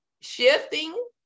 shifting